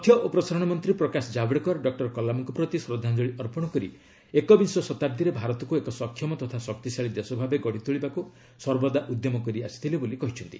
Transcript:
ତଥ୍ୟ ଓ ପ୍ରସାରଣ ମନ୍ତ୍ରୀ ପ୍ରକାଶ ଜାବଡେକର ଡକ୍କର କଲାମଙ୍କ ପ୍ରତି ଶ୍ରଦ୍ଧାଞ୍ଜଳି ଅର୍ପଣ କରି ଏକବିଂଶ ଶତାବ୍ଦୀରେ ଭାରତକୁ ଏକ ସକ୍ଷମ ତଥା ଶକ୍ତିଶାଳୀ ଦେଶ ଭାବେ ଗଢ଼ିତୋଳିବାକୁ ସର୍ବଦା ଉଦ୍ୟମ କରିଆସିଥିଲେ ବୋଲି କହିଛନ୍ତି